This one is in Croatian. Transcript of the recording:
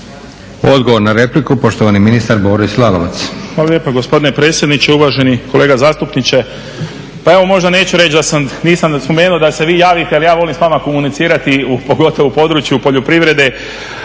Odgovor na repliku, poštovani ministar Boris Lalovac. **Lalovac, Boris (SDP)** Hvala lijepo gospodine predsjedniče. Uvaženi kolega zastupniče, pa evo možda neću reći, nisam spomenuo da se vi javite jer ja volim s vama komunicirati, pogotovo u području poljoprivrede.